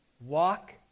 Walk